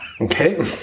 Okay